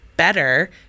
better